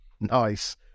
Nice